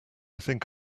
think